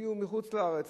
הביאו מחוץ-לארץ,